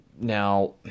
Now